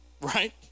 right